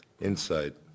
insight